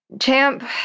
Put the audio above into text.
champ